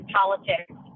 politics